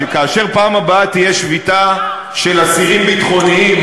שכאשר בפעם הבאה תהיה שביתה של אסירים ביטחוניים,